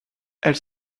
elle